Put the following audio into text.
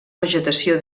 vegetació